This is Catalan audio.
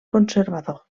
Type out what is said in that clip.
conservador